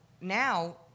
now